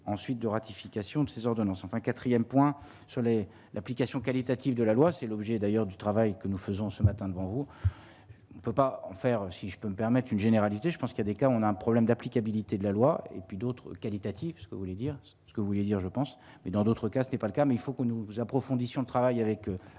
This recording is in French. ensuite de ratification de ces ordonnances enfin 4ème point sur. L'application qualitative de la loi, c'est l'objet d'ailleurs du travail que nous faisons, ce matin, devant vous, on peut pas en faire si je peux me permettre une généralité, je pense qu'il y a des cas on a un problème d'applicabilité de la loi et puis d'autres qualitatif, ce que vous voulez dire ce que vous vouliez dire je pense mais dans d'autres cas, c'était pas le cas, mais il faut que nous sur le travail avec